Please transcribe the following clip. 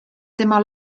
tema